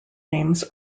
names